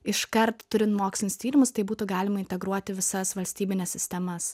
iškart turin mokslinius tyrimus tai būtų galima integruoti visas valstybines sistemas